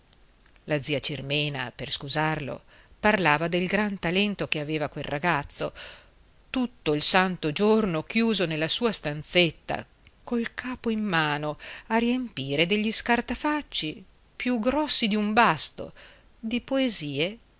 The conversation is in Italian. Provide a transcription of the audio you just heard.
la zia cirmena per scusarlo parlava del gran talento che aveva quel ragazzo tutto il santo giorno chiuso nella sua stanzetta col capo in mano a riempire degli scartafacci più grossi di un basto di poesie